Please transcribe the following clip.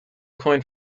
coin